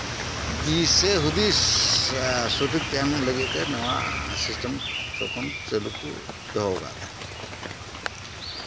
ᱫᱤᱥ ᱥᱮ ᱦᱩᱫᱤᱥ ᱥᱚᱴᱷᱤᱠ ᱛᱟᱦᱮᱱ ᱞᱟᱜᱤᱫ ᱛᱮ ᱱᱚᱶᱟ ᱠᱚ ᱥᱤᱥᱴᱮᱢ ᱠᱚ ᱤᱭᱟᱹ ᱪᱟᱞᱩ ᱠᱚ ᱫᱚᱦᱚᱣᱟᱠᱟᱫ ᱛᱟᱦᱮᱸᱫᱼᱟ